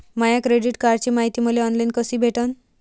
माया credit कार्डची मायती मले ऑनलाईन कसी भेटन?